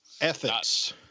Ethics